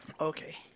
Okay